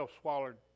swallowed